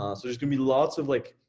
um so there's gonna be lots of like,